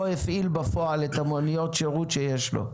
הפעיל בפועל את מוניות השירות שיש לו.